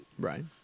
Right